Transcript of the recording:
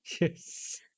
Yes